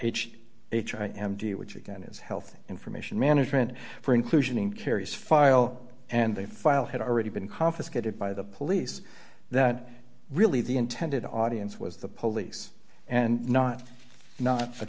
h h i m d which again is health information management for inclusion in kerry's file and they file had already been confiscated by the police that really the intended audience was the police and not not